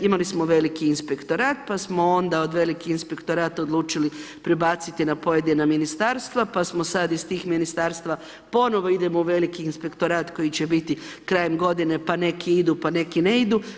imali smo veliki inspektorat, pa smo onda od velikih inspektorat odlučili prebaciti na pojedina ministarstva. pa smo sada iz tih ministarstva ponovno idemo na veliki inspektorat koji će biti krajem g. pa neki idu, pa neki ne idu.